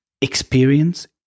experience